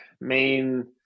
main